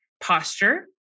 Posture